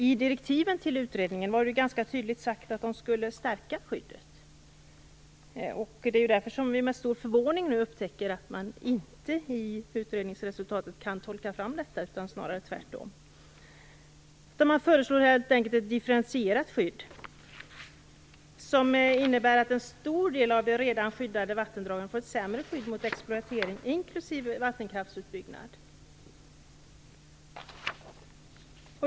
I direktiven till utredningen sades det ganska tydligt att skyddet skulle stärkas. Det är därför som vi med stor förvåning nu upptäcker att man inte kan tolka utredningsresultatet så, utan snarare tvärtom. Man föreslår helt enkelt ett differentierat skydd, som innebär att en stor del av de redan skyddade vattendragen får sämre skydd mot exploatering inklusive vattenkraftsutbyggnad.